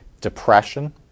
depression